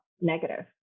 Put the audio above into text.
negative